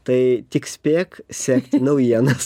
tai tik spėk sekti naujienas